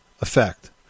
effect